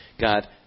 God